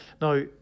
Now